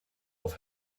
off